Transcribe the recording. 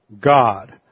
God